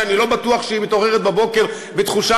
שאני לא בטוח שהיא מתעוררת בבוקר בתחושה